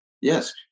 Yes